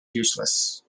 useless